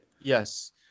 Yes